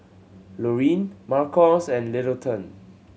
Loreen Marcos and Littleton